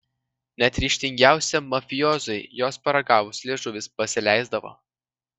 net ryžtingiausiam mafiozui jos paragavus liežuvis pasileisdavo